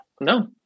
no